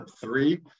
Three